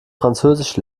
französisch